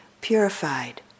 purified